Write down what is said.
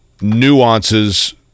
nuances